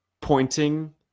pointing